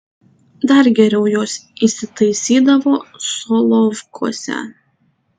dar geriau jos įsitaisydavo solovkuose